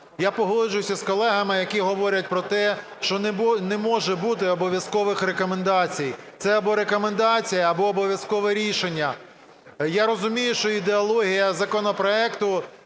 Я погоджуюсь з колегами, які говорять про те, що не може бути обов'язкових рекомендацій: це або рекомендації, або обов'язкове рішення. Я розумію, що ідеологія законопроекту,